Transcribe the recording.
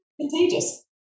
contagious